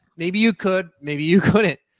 maybe you could. maybe you couldn't.